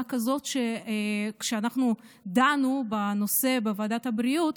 כזאת שכשאנחנו דנו בנושא בוועדת הבריאות,